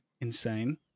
insane